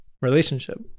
relationship